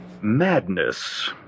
Madness